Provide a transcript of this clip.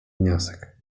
wniosek